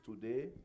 today